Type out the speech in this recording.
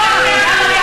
אותו דבר.